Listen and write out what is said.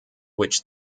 which